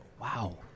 Wow